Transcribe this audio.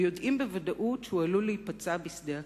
ויודעים בוודאות שהוא עלול להיפצע בשדה הקרב.